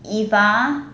if ah